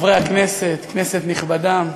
חברי הכנסת, כנסת נכבדה,